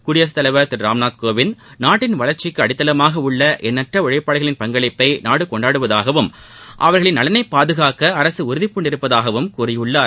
குடியரசுத் தலைவர் திரு ராம்நாத்கோவிந்த் நாட்டின் வளர்ச்சிக்கு அடித்தளமாக உள்ள எண்ணற்ற உழைப்பாளிகளின் பங்களிப்பை நாடு கொண்டாடுவதசவும் அவா்களின் நலனை பாதுகாக்க அரசு உறுதிபூண்டுள்ளதாகவும் கூறியுள்ளார்